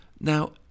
Now